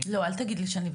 לשני,